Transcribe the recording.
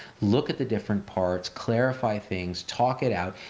look at the different parts, clarify things, talk it out.